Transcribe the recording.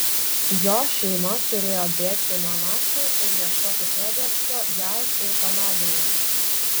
jo šeima turėjo bėgti nuo nacių ir ieškoti prieglobsčio jav ir kanadoje